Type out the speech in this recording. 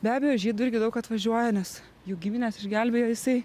be abejo žydų irgi daug atvažiuoja nes jų gimines išgelbėjo jisai